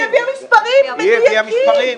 היא הביאה מספרים מדוייקים.